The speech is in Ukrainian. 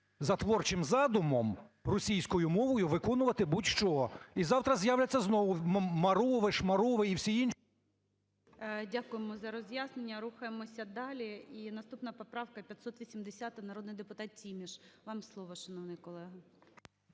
за творчим задумом російською мовою виконувати будь-що. І завтра з'являться знову "маруви", "шмаруви" і всі інші. ГОЛОВУЮЧИЙ. Дякуємо за роз'яснення. Рухаємось далі. І наступна поправка – 580. Народний депутатТіміш. Вам слово, шановний колего.